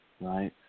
right